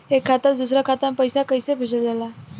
एक खाता से दूसरा खाता में पैसा कइसे भेजल जाला?